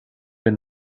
been